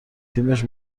تیمش